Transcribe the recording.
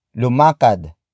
Lumakad